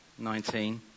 19